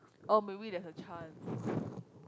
oh maybe there's a chance